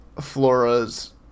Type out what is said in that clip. Flora's